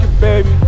baby